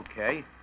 Okay